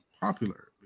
popular